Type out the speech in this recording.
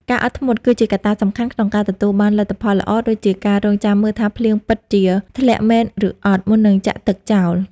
ការអត់ធ្មត់ គឺជាកត្តាសំខាន់ក្នុងការទទួលបានលទ្ធផលល្អ ដូចជាការរង់ចាំមើលថាភ្លៀងពិតជាធ្លាក់មែនឬអត់ មុននឹងចាក់ទឹកចោល។